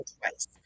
twice